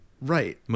right